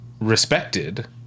respected